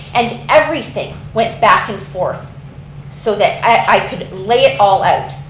and everything went back and forth so that i could lay it all out.